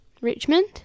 Richmond